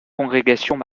congrégations